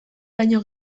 baino